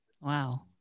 Wow